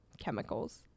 chemicals